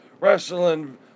wrestling